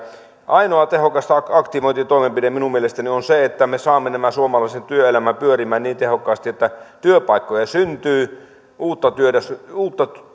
ainoa tehokas aktivointitoimenpide minun mielestäni on se että me saamme suomalaisen työelämän pyörimään niin tehokkaasti että työpaikkoja syntyy uutta